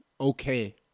okay